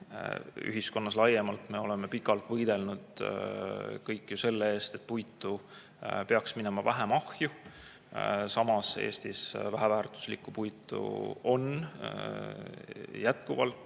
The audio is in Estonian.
ühiskonnas laiemalt. Me oleme ju kõik pikalt võidelnud selle eest, et puitu peaks minema vähem ahju. Samas, Eestis väheväärtuslikku puitu on jätkuvalt